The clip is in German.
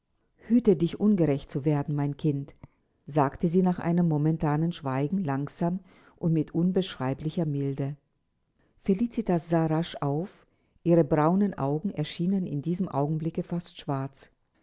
hüte dich ungerecht zu werden mein kind sagte sie nach einem momentanen schweigen langsam und mit unbeschreiblicher milde felicitas sah rasch auf ihre braunen augen erschienen in diesem augenblicke fast schwarz